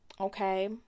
okay